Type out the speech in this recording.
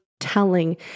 Telling